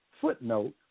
Footnote